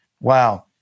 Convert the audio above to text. Wow